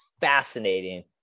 fascinating